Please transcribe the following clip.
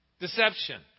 Deception